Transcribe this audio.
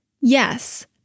Yes